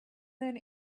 then